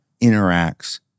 interacts